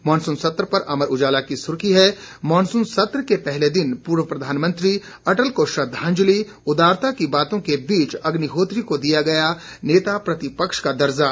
monsoon सत्र पर अमर उजाला की सुर्खी है मानसून सत्र के पहले दिन पूर्व प्रधानमंत्री अटल को श्रद्वाजंलि उदारता की बातों के बीच अग्निहोत्री को दिया गया नेता प्रतिपक्ष का दर्जा